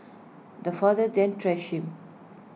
the father then thrashed him